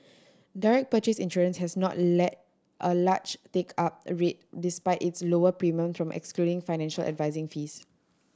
direct purchase insurance has not lead a large take up rate despite its lower premium from excluding financial advising fees